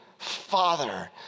father